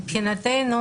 מבחינתנו